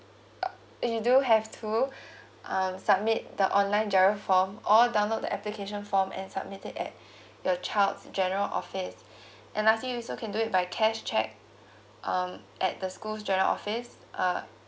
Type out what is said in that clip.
uh you do have to um submit the online giro form or download the application form and submit it at your child's general office and uh you also can do it by cash check um at the school's general office uh